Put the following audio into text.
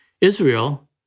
Israel